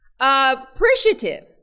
Appreciative